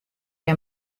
hja